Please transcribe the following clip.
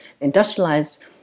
industrialized